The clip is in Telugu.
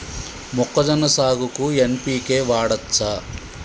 మొక్కజొన్న సాగుకు ఎన్.పి.కే వాడచ్చా?